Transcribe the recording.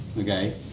Okay